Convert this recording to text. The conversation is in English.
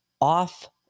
off